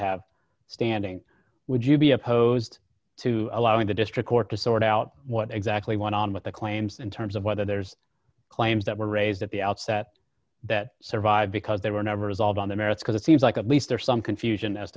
have standing would you be opposed to allowing the district court to sort out what exactly went on with the claims in terms of whether there's claims that were raised at the outset that survive because they were never resolved on the merits because it seems like a least there's some confusion as